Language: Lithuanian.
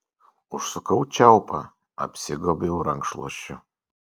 užsukau čiaupą apsigobiau rankšluosčiu